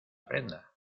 prenda